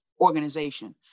organization